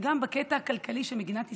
וגם בקטע הכלכלי של מדינת ישראל.